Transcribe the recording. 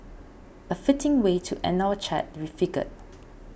a fitting way to end our chat we figured